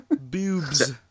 Boobs